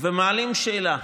ומעלים שאלה: